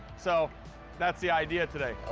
so that's the idea today.